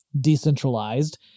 decentralized